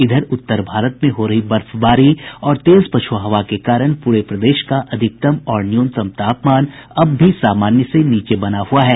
इधर उत्तर भारत में हो रही बर्फबारी और तेज पछ्आ हवा के कारण पूरे प्रदेश का अधिकतम और न्यूनतम तापमान अब भी सामान्य से नीचे बना हुआ है